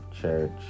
church